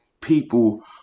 people